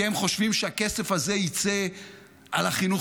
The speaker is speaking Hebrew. כי הם חושבים שהכסף הזה יצא על החינוך